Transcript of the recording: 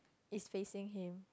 is facing him